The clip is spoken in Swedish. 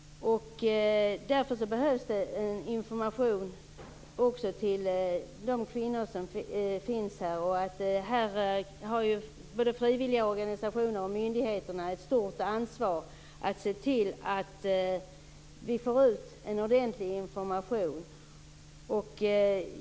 Därför behövs det information också till de kvinnor som redan finns här. Både frivilligorganisationer och myndigheter har ett stort ansvar när det gäller att se till att ordentlig information går ut.